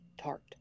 tart